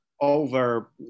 over